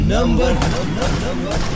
Number